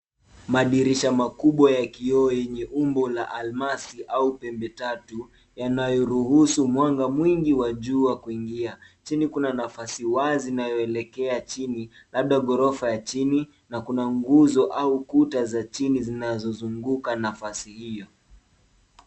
Madirisha makubwa ya kioo yenye umbo la almasi au pembe tatu yanayoruhusu mwanga mwingi wa jua kuingia. Chini kuna nafasi wazi inayoelekea chini labda ghorofa ya chini na kuna nguzo au kuta za chini zinazozunguka nafasi hiyo.